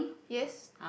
yes